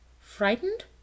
Frightened